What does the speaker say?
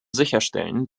sicherstellen